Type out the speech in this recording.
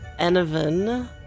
Enovan